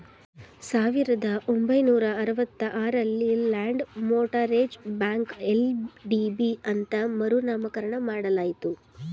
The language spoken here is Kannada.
ಸಾವಿರದ ಒಂಬೈನೂರ ಅರವತ್ತ ಆರಲ್ಲಿ ಲ್ಯಾಂಡ್ ಮೋಟರೇಜ್ ಬ್ಯಾಂಕ ಎಲ್.ಡಿ.ಬಿ ಅಂತ ಮರು ನಾಮಕರಣ ಮಾಡಲಾಯಿತು